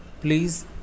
Please